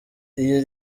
iyo